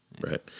Right